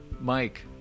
mike